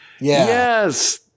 Yes